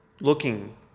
looking